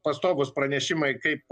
pastovūs pranešimai kaip